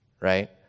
right